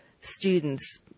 students